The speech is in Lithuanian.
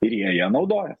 ir jie ją naudoja